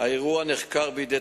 לפי כל המחקרים,